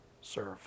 serve